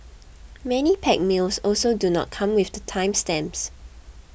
many packed meals also do not come with time stamps